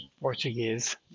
Portuguese